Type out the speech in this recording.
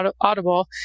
Audible